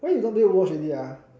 why you don't play Overwatch already ah